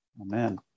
Amen